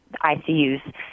ICUs